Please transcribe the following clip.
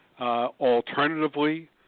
Alternatively